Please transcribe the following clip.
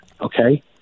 okay